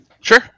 sure